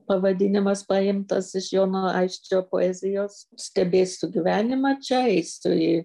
pavadinimas paimtas iš jono aisčio poezijos stebėsiu gyvenimą čia eisiu į